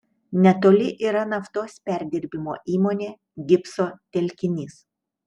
netoli yra naftos perdirbimo įmonė gipso telkinys